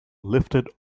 lifted